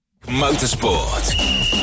Motorsport